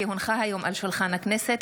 כי הונחו היום על שולחן הכנסת,